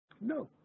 No